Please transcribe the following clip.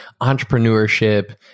entrepreneurship